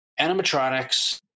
animatronics